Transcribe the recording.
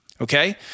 Okay